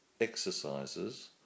exercises